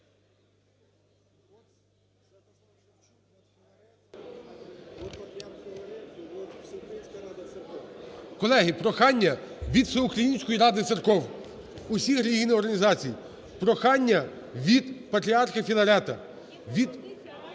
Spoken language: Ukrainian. Колеги! Прохання від Всеукраїнської ради церков, усіх релігійних організацій. Прохання від Патріарха Філарета,